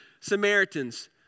Samaritans